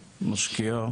משקיע,